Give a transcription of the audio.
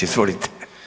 Izvolite.